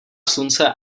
slunce